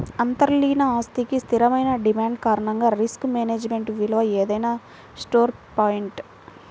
అంతర్లీన ఆస్తికి స్థిరమైన డిమాండ్ కారణంగా రిస్క్ మేనేజ్మెంట్ విలువ ఏదైనా స్టోర్ పాయింట్